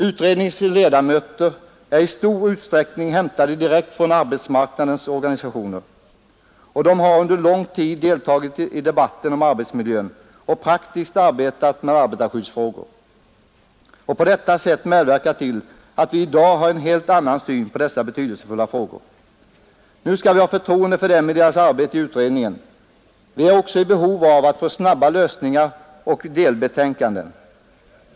Utredningens ledamöter är i stor utsträckning hämtade direkt från arbetsmarknadens organisationer, och de har under lång tid deltagit i debatten om arbetsmiljön och praktiskt arbetat med arbetarskyddsfrågor. På detta sätt har de medverkat till att vi i dag har en helt annan syn än tidigare på dessa betydelsefulla frågor. Nu skall vi ha förtroende för dem i deras arbete i utredningen. Vi är också i behov av att få snabba lösningar och delbetänkanden.